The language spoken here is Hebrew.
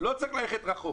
לא צריך ללכת רחוק,